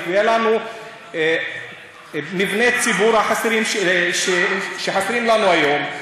ויהיו לנו מבני ציבור שחסרים לנו היום.